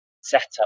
setup